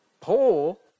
Paul